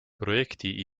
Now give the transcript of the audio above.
projekti